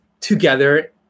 together